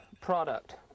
product